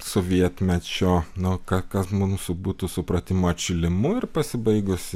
sovietmečio nu ką kas mums būtų supratimu atšilimu ir pasibaigusi